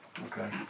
Okay